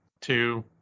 two